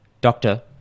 Doctor